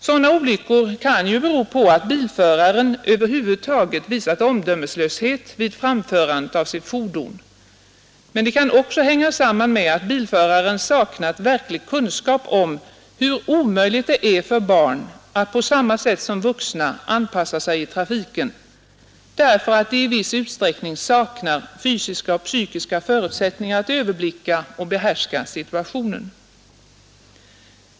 Sådana olyckor kan ju bero på att bilföraren över huvud taget visat omdömeslöshet vid framförandet av sitt fordon. Men det kan också hänga samman med att bilföraren saknat verklig kunskap om hur omöjligt det är för barn att på samma sätt som vuxna anpassa sig i trafiken, därför att de i viss utsträckning saknar fysiska och psykiska förutsättningar att överblicka och behärska situationen.